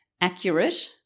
accurate